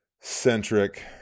centric